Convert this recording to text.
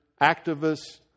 activists